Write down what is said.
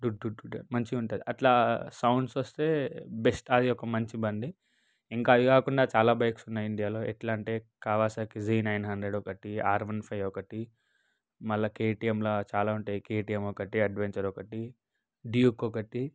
do డు డు మంచిగా ఉంటుంది అట్లా సౌండ్స్ వస్తే బెస్ట్ అది ఒక మంచి బండి ఇంకా అది కాకుండా చాలా బైక్స్ ఉన్నాయి ఇండియాలో ఎట్లా అంటే కావసాకి జి నైన్ హండ్రెడ్ ఒకటి ఆర్ వన్ ఫైవ్ ఒకటి మళ్ళీ కేటీఎంలో చాలా ఉంటాయి కేటీఎం ఒకటి అడ్వెంచర్ ఒకటి డ్యూక్ ఒకటి